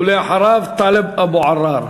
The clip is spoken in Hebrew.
ואחריו, טלב אבו עראר.